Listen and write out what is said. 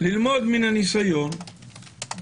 ללמוד מהניסיון.